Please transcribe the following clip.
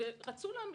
רצו להמליץ.